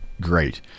Great